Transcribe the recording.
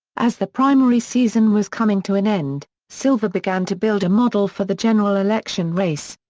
as the primary season was coming to an end, silver began to build a model for the general election race.